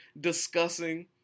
discussing